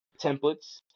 templates